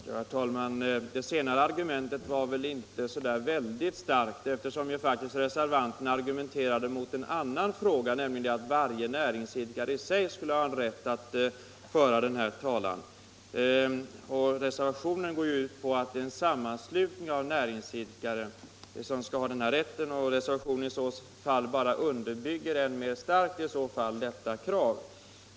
Herr talman! Det senaste argumentet var väl inte så starkt. Reservanterna har faktiskt argumenterat mot en annan sak, nämligen att varje näringsidkare som sådan skulle ha rätt att föra denna talan. Reservationen går ju ut på att en sammanslutning av näringsidkare skall ha denna rätt. Den citerade skrivningen underbygger i så fall än mer starkt detta krav.